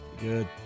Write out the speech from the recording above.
Good